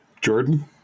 Jordan